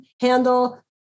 handle